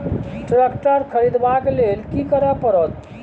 Tractor खरीदबाक लेल की करय परत?